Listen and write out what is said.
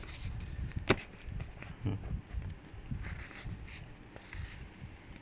hmm